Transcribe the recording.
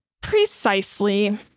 precisely